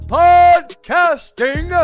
podcasting